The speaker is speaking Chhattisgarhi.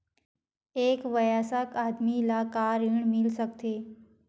एक वयस्क आदमी ला का ऋण मिल सकथे?